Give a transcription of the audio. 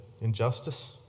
injustice